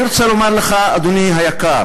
אני רוצה לומר לך, אדוני היקר,